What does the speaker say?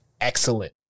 excellent